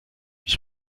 ich